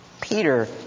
Peter